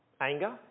Anger